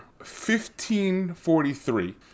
1543